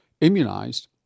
immunized